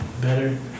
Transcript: better